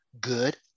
good